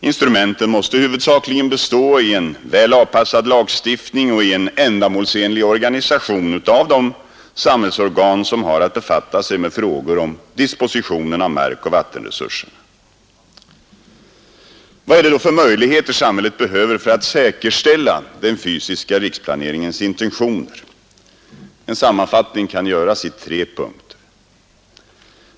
Instrumenten måste huvudsakligen bestå i en väl avpassad lagstiftning och i en ändamålsenlig organisation av de samhällsorgan som har att befatta sig med frågor om dispositionen av markoch vattenresurser. Vad är det då för möjligheter samhället behöver för att säkerställa den fysiska riksplaneringens intentioner? En sammanfattning kan göras i tre punkter.